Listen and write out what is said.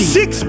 six